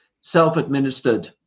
self-administered